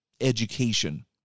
education